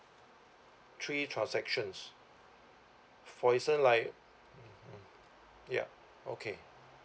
three transactions for instance like mm ya okay